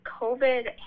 COVID